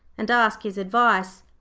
and ask his advice.